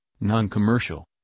non-commercial